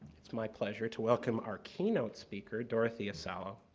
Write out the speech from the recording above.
it's my pleasure to welcome our keynote speaker dorothea salo.